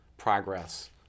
progress